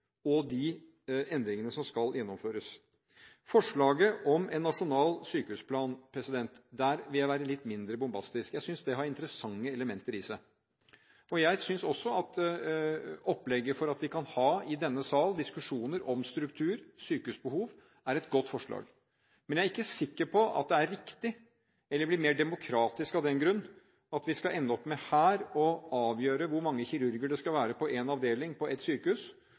og de endringene som skal gjennomføres. Når det gjelder forslaget om en nasjonal sykehusplan, vil jeg være litt mindre bombastisk: Jeg synes det har interessante elementer i seg. Jeg synes også at opplegget for at vi i denne sal kan ha diskusjoner om struktur og sykehusbehov, er et godt forslag, men jeg er ikke sikker på at det er riktig eller blir mer demokratisk av at vi skal ende opp med å avgjøre her hvor mange kirurger det skal være på en avdeling på et sykehus